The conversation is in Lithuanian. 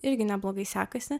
irgi neblogai sekasi